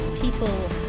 People